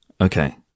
Okay